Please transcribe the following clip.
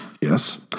Yes